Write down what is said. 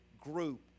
group